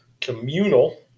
communal